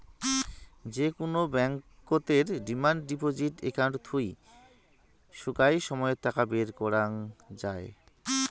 যে কুনো ব্যাংকতের ডিমান্ড ডিপজিট একাউন্ট থুই সোগায় সময়ত টাকা বের করাঙ যাই